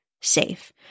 safe